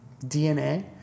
DNA